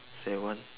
seven